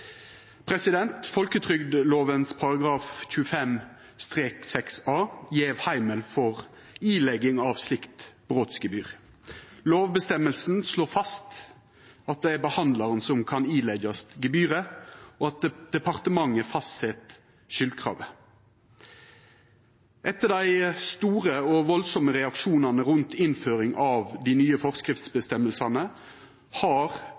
Folketrygdlovens § 25–6 a gjev heimel for ileggjing av slikt brotsgebyr. Lovbestemminga slår fast at det er behandlaren som kan ileggjast gebyret, og at departementet fastset skuldkravet. Etter dei store og voldsomme reaksjonane rundt innføring av dei nye forskriftsføresegnene har